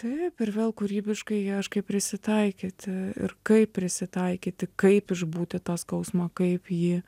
taip ir vėl kūrybiškai ieškai prisitaikyti ir kaip prisitaikyti kaip išbūti tą skausmą kaip jį